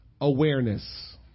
awareness